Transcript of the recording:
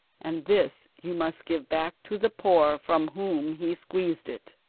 and this you must give back to the poor from whom he squeezed it.